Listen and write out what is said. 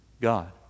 God